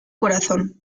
corazón